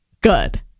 good